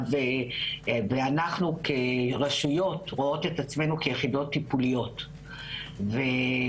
אנחנו כרשויות רואות את עצמנו כיחידות טיפוליות ולכן